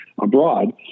abroad